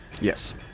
Yes